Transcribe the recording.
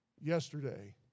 yesterday